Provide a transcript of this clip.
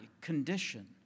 condition